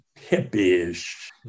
hippie-ish